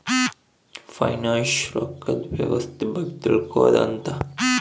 finance ರೊಕ್ಕದ್ ವ್ಯವಸ್ತೆ ಬಗ್ಗೆ ತಿಳ್ಕೊಳೋದು ಅಂತ